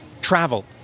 travel